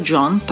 John